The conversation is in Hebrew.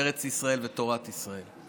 ארץ ישראל ותורת ישראל.